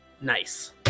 Nice